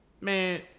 Man